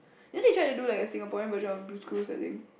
didn't they try to do like a Singaporean version of Blue's-Clues I think